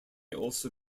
also